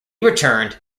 returned